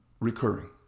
recurring